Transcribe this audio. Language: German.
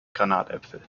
granatäpfel